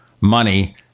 money